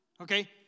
okay